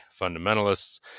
fundamentalists